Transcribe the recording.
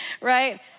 right